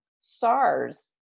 sars